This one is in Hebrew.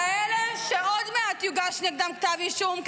כאלה שעוד מעט יוגש נגדם כתב אישום,